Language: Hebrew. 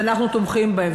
שאנחנו תומכים בהם.